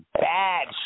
bad